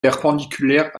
perpendiculaires